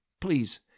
please